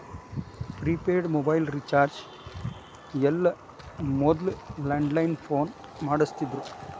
prepaid mobile recharge ಎಲ್ಲ ಮೊದ್ಲ landline phone ಮಾಡಸ್ತಿದ್ರು